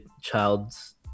child's